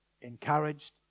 encouraged